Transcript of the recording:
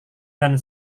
dan